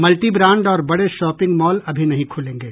multi brand और बड़े shopping mall अभी नहीं खुलेंगे